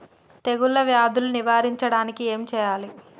తెగుళ్ళ వ్యాధులు నివారించడానికి ఏం చేయాలి?